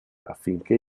affinché